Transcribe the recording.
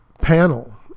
panel